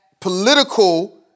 political